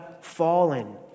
fallen